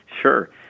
Sure